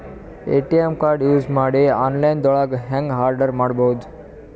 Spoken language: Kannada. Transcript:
ಎ.ಟಿ.ಎಂ ಕಾರ್ಡ್ ಯೂಸ್ ಮಾಡಿ ಆನ್ಲೈನ್ ದೊಳಗೆ ಹೆಂಗ್ ಆರ್ಡರ್ ಮಾಡುದು?